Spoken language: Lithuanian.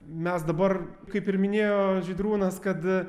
mes dabar kaip ir minėjo žydrūnas kad